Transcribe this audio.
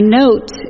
note